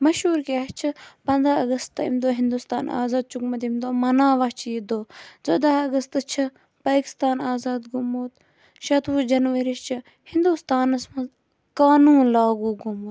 مَشہوٗر کیاہ چھِ پَنٛداہ اَگَستہٕ ییٚمہِ دۄہ ہِندوستان آزاد چھُ گوٚمُت ییٚمہِ دۄہ مَناوان چھِ یہِ دۄہ ژۄداہ اَگَستہٕ چھُ پاکِستان آزاد گوٚمُت شَتوُہ جَنوری چھ ہِندوستانَس مَنٛز قانوٗن لاگوٗ گوٚمُت